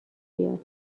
بیاد